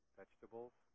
vegetables